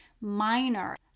minor